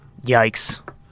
Yikes